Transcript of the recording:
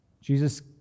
Jesus